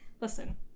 Listen